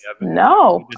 no